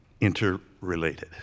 interrelated